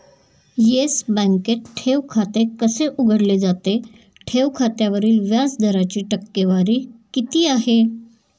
Yes बँकेत ठेव खाते कसे उघडले जाते? ठेव खात्यावरील व्याज दराची टक्केवारी किती आहे?